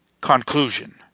Conclusion